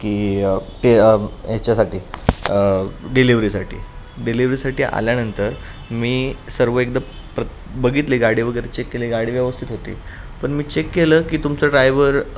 की ते ह्याच्यासाठी डिलिव्हरीसाठी डिलेवरीसाठी आल्यानंतर मी सर्व एकदम प्रत बघितली गाडी वगैरे चेक केली गाडी व्यवस्थित होती पण मी चेक केलं की तुमचा ड्रायव्हर